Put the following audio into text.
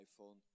iPhone